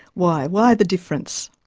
why? why the difference?